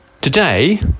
Today